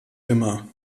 immer